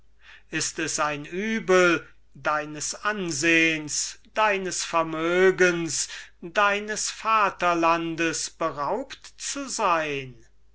ist es ein übel deines ansehens deines vermögens deines vaterlandes beraubt zu sein